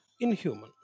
inhuman